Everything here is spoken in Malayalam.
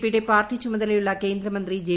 പിയുടെ പാർട്ടി ചുമതലയുള്ള കേന്ദ്രമന്ത്രി ജെ